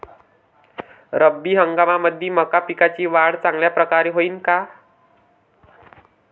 रब्बी हंगामामंदी मका पिकाची वाढ चांगल्या परकारे होईन का?